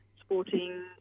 sporting